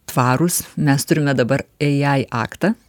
tavrūs mes turime dabar ai aktą